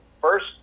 first